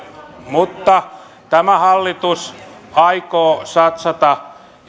mutta tämä hallitus aikoo satsata